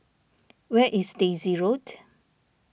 where is Daisy Road